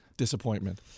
Disappointment